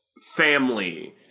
family